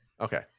Okay